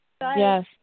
Yes